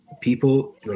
people